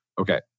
okay